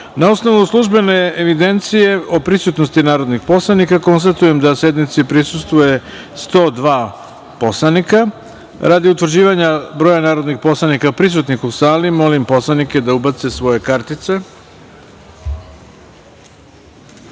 osnovu službene evidencije o prisutnosti narodnih poslanika, konstatujem da sednici prisustvuje 102 narodna poslanika. Radi utvrđivanja broja narodnih poslanika prisutnih u sali, molim sve da ubace svoje